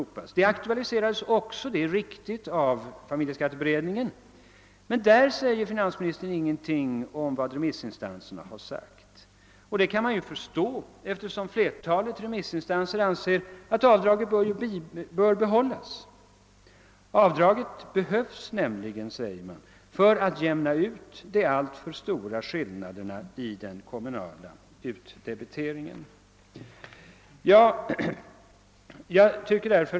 Den saken aktualiseras också av familjeskatteberedningen, det är riktigt, men finansministern säger därvidlag ingenting om vad remissinstanserna har framhållit. Det kan man förstå, eftersom flertalet remissinstanser har ansett att avdraget bör bibehållas. Avdraget behövs nämligen, säger man, för att jämna ut de alltför stora skillnaderna i den kommunala utdebiteringen.